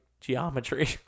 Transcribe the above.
geometry